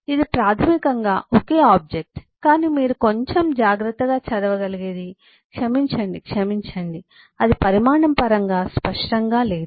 ఇది ప్రాథమికంగా ఒకే ఆబ్జెక్ట్ కానీ మీరు కొంచెం జాగ్రత్తగా చదవగలిగేది క్షమించండి క్షమించండి అది పరిమాణం పరంగా స్పష్టంగా లేదు